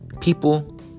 People